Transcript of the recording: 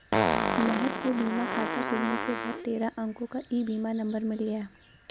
महक को बीमा खाता खुलने के बाद तेरह अंको का ई बीमा नंबर मिल गया